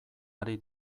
ari